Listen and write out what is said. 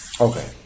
Okay